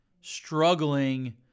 struggling